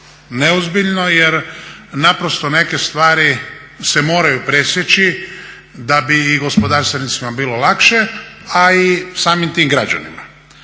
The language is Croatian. neozbiljno jer naprosto neke stvari se moraju presjeći da bi i gospodarstvenicima bilo lakše, a i samim tim građanima.